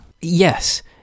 Yes